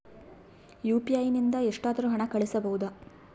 UPI ನಿಂದ ಎಷ್ಟಾದರೂ ಹಣ ಕಳಿಸಬಹುದಾ?